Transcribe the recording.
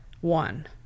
one